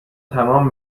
تمام